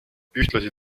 ühtlasi